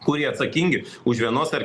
kurie atsakingi už vienos ar